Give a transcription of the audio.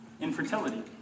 infertility